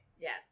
Yes